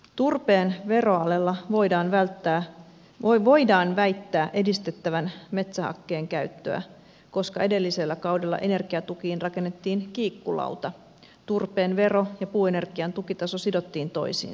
turpeen veroalella voidaan väittää edistettävän metsähakkeen käyttöä koska edellisellä kaudella energiatukiin rakennettiin kiikkulauta turpeen vero ja puuenergian tukitaso sidottiin toisiinsa